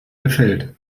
gefällt